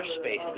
space